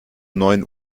neun